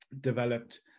developed